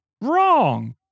Wrong